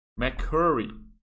McCurry